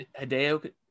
Hideo